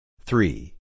Three